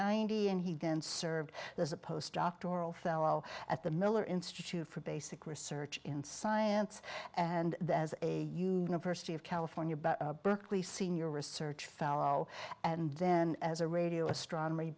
ninety and he's been served as a post doctoral fellow at the miller institute for basic research in science and as a university of california berkeley senior research fellow and then as a radio astronomy